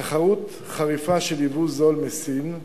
תחרות חריפה עם יבוא זול מסין,